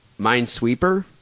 Minesweeper